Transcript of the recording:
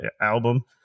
album